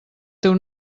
teu